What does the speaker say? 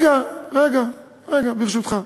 רגע, רגע, ברשותך.